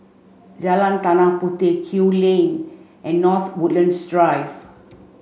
Jalan Tanah Puteh Kew Lane and North Woodlands Drive